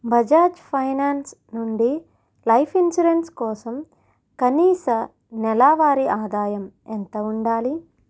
Bajaj finance నుండి life insurance కోసం కనీస నెలావారి ఆదాయం ఎంత ఉండాలి